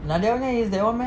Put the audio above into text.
nadia punya is that [one] meh